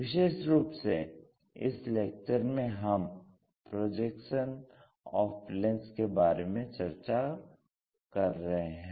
विशेष रूप से इस लेक्चर में हम प्रोजेक्शन्स ऑफ़ प्लेन्स के बारे में चर्चा कर रहे हैं